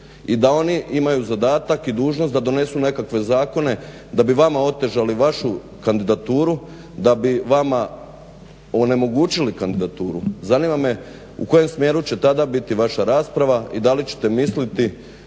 i da oni imaju zadatak i dužnost da donesu nekakve zakone da bi vama otežali vašu kandidaturu, da bi vama onemogućili kandidaturu. Zanima me u kojem smjeru će tada biti vaša rasprava i da li ćete misliti